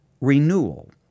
Renewal